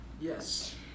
Yes